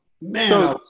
man